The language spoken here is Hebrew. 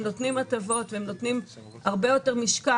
הם נותנים הטבות והם נותנים הרבה יותר משקל